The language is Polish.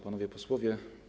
Panowie Posłowie!